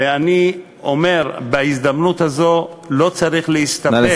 ואני אומר בהזדמנות הזאת: לא צריך להסתפק,